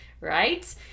right